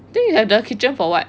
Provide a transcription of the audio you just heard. then you have the kitchen for what